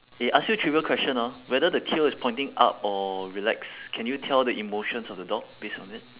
eh ask you trivial question ah whether the tail is pointing up or relaxed can you tell the emotions of the dog based on it